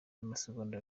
n’amasegonda